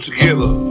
Together